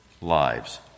lives